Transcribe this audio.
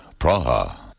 Praha